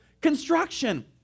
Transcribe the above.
construction